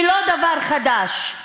היא לא דבר חדש.